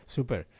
Super